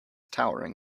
towering